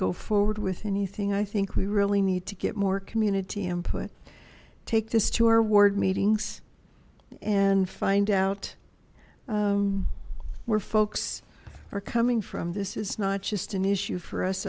go forward with anything i think we really need to get more commune to input take this to our ward meetings and find out where folks are coming from this is not just an issue for us